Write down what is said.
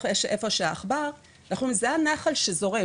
זה הנחל שזורם.